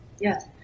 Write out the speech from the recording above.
Yes